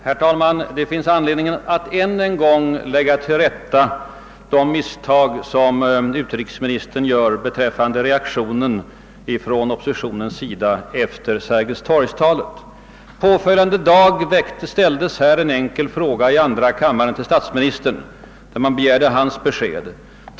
Herr talman! Det finns anledning att än en gång lägga till rätta de misstag som utrikesministern gör beträffande reaktionen från oppositionen efter Sergels torg-talet. Dagen efter demonstrationen ställde herr Turesson en enkel fråga i andra kammaren till statsministern vari han begärde hans syn på herr Palmes deltagande i denna.